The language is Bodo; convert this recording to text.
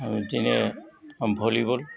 बिदिनो भलिबल